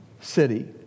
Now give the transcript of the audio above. city